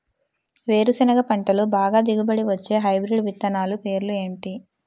వేరుసెనగ పంటలో బాగా దిగుబడి వచ్చే హైబ్రిడ్ విత్తనాలు పేర్లు ఏంటి?